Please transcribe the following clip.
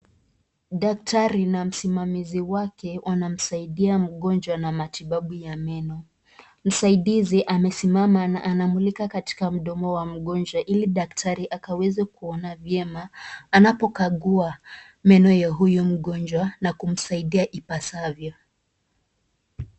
Daktari na msimamizi wake wanamsaidia mgonjwa na matibabu ya meno. Msaidizi amesimama na anamulika katika mdomo wa mgonjwa ili daktari akaweze kuona vyema anapokagua meno ya huyu mgonjwa na kumsaidia ipasavyo.